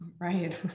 right